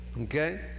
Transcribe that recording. okay